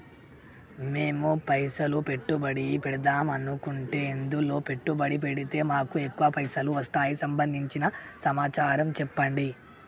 మేము పైసలు పెట్టుబడి పెడదాం అనుకుంటే ఎందులో పెట్టుబడి పెడితే మాకు ఎక్కువ పైసలు వస్తాయి సంబంధించిన సమాచారం చెప్పండి?